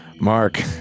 Mark